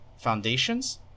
Foundations